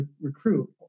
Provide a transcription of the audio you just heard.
recruit